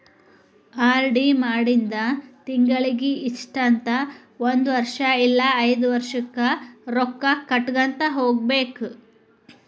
RD ಮಾಡಿಂದ ತಿಂಗಳಿಗಿ ಇಷ್ಟಂತ ಒಂದ್ ವರ್ಷ್ ಇಲ್ಲಾ ಐದ್ ವರ್ಷಕ್ಕ ರೊಕ್ಕಾ ಕಟ್ಟಗೋತ ಹೋಗ್ಬೇಕ್